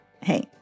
hey